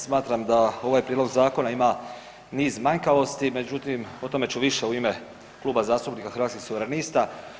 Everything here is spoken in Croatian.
Smatram da ovaj prijedlog zakona ima niz manjkavosti, međutim o tome ću više u ime Kluba zastupnika Hrvatskih suvrenista.